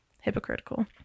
hypocritical